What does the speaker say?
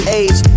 age